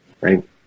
right